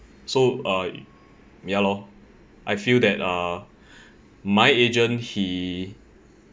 so err ya lor I feel that uh my agent he